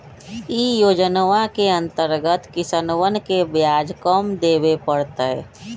ई योजनवा के अंतर्गत किसनवन के ब्याज कम देवे पड़ तय